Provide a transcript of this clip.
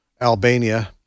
Albania